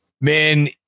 Man